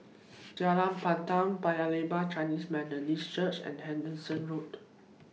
Jalan Pandan Paya Lebar Chinese Methodist Church and Hendon Road